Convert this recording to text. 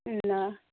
ल